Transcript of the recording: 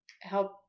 help